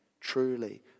truly